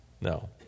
No